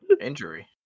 Injury